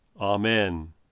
Amen